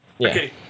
Okay